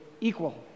equal